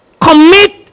Commit